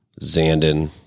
Zandon